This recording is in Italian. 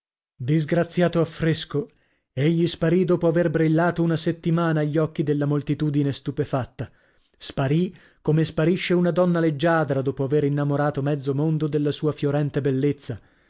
disgraziato affresco egli sparì dopo aver brillato una settimana agli occhi della moltitudine stupefatta sparì come sparisce una donna leggiadra dopo avere innamorato mezzo mondo della sua fiorente bellezza